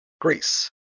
Greece